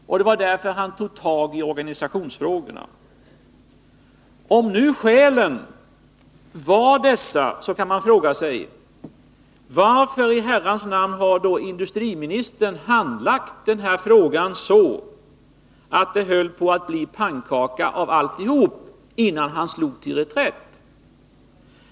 Därför hade industriministern fattat tag i organisationsfrågorna. Om nu skälen var dessa, kan man fråga: Varför i Herrans namn har industriministern då handlagt denna fråga så, att det höll på att bli pannkaka av alltihop, innan han slog till reträtt?